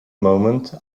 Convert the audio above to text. moment